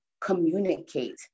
communicate